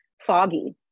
foggy